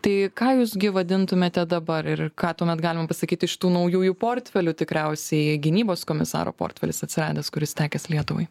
tai ką jūs gi vadintumėte dabar ir ką tuomet galim pasakyti iš tų naujųjų portfelių tikriausiai gynybos komisaro portfelis atsiradęs kuris tekęs lietuvai